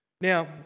Now